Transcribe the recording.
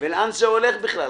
ולאן זה הולך בכלל.